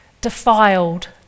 defiled